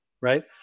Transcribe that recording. right